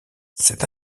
cet